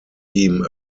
team